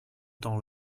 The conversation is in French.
temps